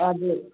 हजुर